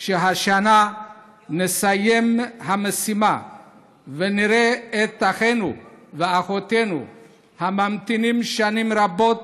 שהשנה נסיים את המשימה ונראה את אחינו ואחיותינו הממתינים שנים רבות,